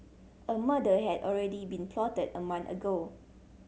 a murder had already been plotted a month ago